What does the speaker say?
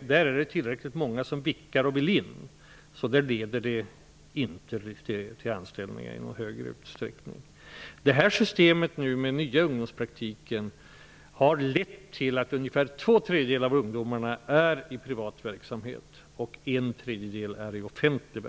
Där är det tillräckligt många som vikarierar och vill in. Det leder inte till anställningar i någon större utsträckning. Det nya systemet för ungdomspraktiken har lett till att ungefär två tredjedelar av ungdomarna är i privat verksamhet, en tredjedel i offentlig.